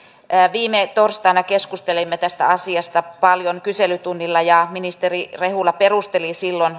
viime torstaina keskustelimme tästä asiasta paljon kyselytunnilla ja ministeri rehula perusteli silloin